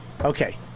Okay